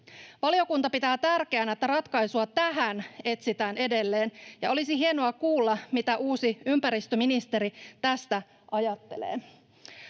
Valiokunta pitää tärkeänä, että ratkaisua tähän etsitään edelleen, ja olisi hienoa kuulla, mitä uusi ympäristöministeri tästä ajattelee.